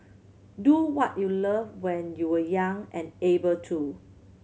do what you love when you are young and able to